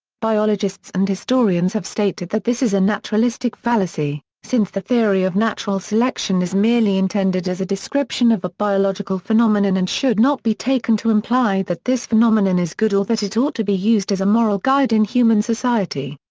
biologists and historians have stated that this is a naturalistic fallacy, since the theory of natural selection is merely intended as a description of a biological phenomenon and should not be taken to imply that this phenomenon is good or that it ought to be used as a moral guide in human society.